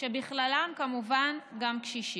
שבכללן, כמובן, גם קשישים.